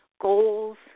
goals